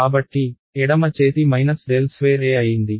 కాబట్టి ఎడమ చేతి ∇2E అయ్యింది